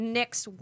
next